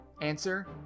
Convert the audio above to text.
Answer